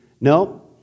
no